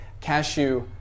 Cashew